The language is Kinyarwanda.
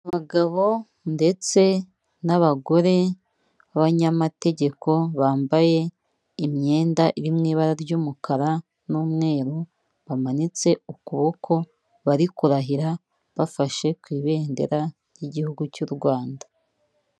Abagabo ndetse n'abagore b'abanyamategeko bambaye imyenda iri mu ibara ry'umukara n'umweru bamanitse ukuboko, bari kurahira bafashe ku ibendera ry'igihugu cy'u Rwanda.